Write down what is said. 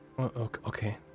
okay